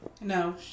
No